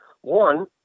One